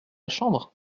chambre